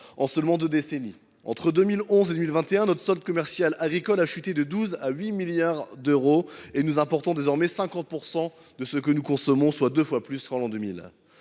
et ce en deux décennies seulement. Entre 2011 et 2021, notre solde commercial agricole a chuté de 12 milliards à 8 milliards d’euros et nous importons désormais 50 % de ce que nous consommons, soit deux fois plus qu’en l’an 2000.